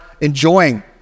enjoying